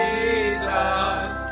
Jesus